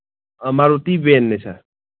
ꯃꯥꯔꯨꯇꯤ ꯚꯦꯟꯅꯦ ꯁꯥꯔ